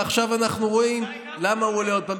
ועכשיו אנחנו רואים למה הוא עולה עוד פעם.